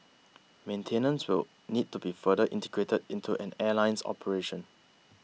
maintenance will need to be further integrated into an airline's operation